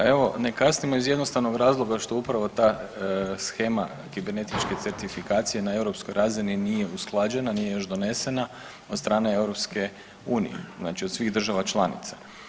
Pa evo ne kasnimo iz jednostavnog razloga što upravo ta shema kibernetičke certifikacije na europskoj razini nije usklađena i nije još donesena od strane EU, znači od svih država članica.